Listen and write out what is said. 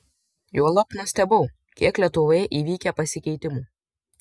juolab nustebau kiek lietuvoje įvykę pasikeitimų